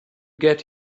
get